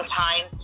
time